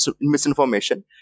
misinformation